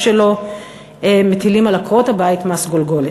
שלו מטילים על עקרות-הבית מס גולגולת.